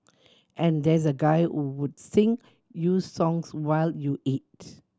and there's a guy who would sing you songs while you eat